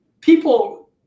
people